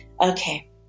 Okay